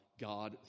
God